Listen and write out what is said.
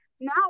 now